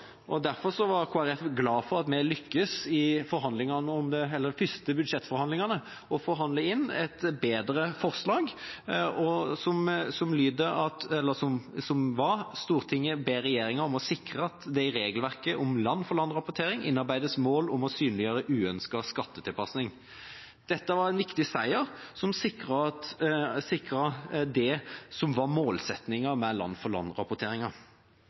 Derfor var Kristelig Folkeparti glad for at vi lyktes i de første budsjettforhandlingene med å forhandle inn et bedre forslag, som var: «Stortinget ber regjeringen om å sikre at det i regelverket om land-for-land-rapportering innarbeides mål om å synliggjøre uønsket skattetilpasning.» Dette var en viktig seier, som sikret det som var målsettinga med land-for-land-rapporteringa. Samtidig var dette for